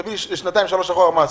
תבוא עם שנתיים-שלוש מה עשית.